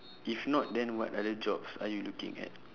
if not then what other jobs are you looking at